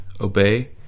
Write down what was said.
obey